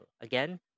Again